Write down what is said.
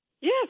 Yes